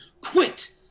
Quit